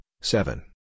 seven